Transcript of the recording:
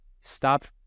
stop